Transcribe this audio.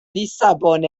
lissabon